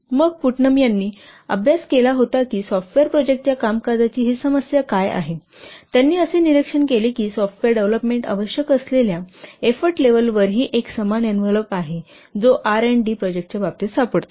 मग पुट्नम यांनी अभ्यास केला होता की सॉफ्टवेअर प्रोजेक्टच्या कामकाजाची ही समस्या काय आहे त्यांनी असे निरीक्षण केले की सॉफ्टवेअर डेव्हलपमेंट आवश्यक असलेल्या एफ्फोर्ट लेव्हल वरही एक समान इन्व्हलोप आहे जो R आणि D प्रोजेक्टच्या बाबतीत घडतो